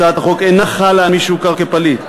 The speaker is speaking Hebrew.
הצעת החוק אינה חלה על מי שהוכר כפליט,